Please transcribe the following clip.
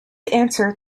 answer